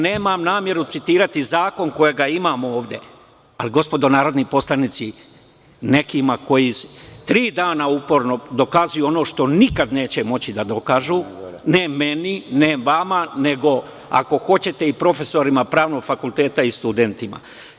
Nemam nameru citirati zakon kojeg imam ovde, ali gospodo narodni poslanici, nekima koji tri dana dokazuju ono što nikada neće moći da dokažu, ne meni, ne vama, nego ako hoćete i profesorima pravnog fakulteta i studentima.